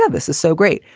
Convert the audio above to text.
ah this is so great.